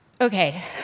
Okay